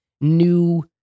new